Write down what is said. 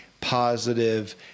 positive